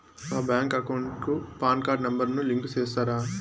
నా bank account కు PAN card number ను లింకు సేస్తారా?